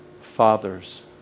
father's